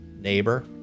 neighbor